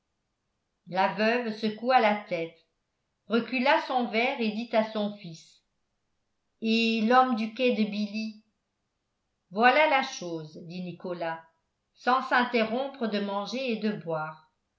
la veuve secoua la tête recula son verre et dit à son fils et l'homme du quai de billy voilà la chose dit nicolas sans s'interrompre de manger et de boire